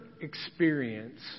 experience